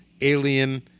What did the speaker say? alien